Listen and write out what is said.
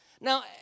Now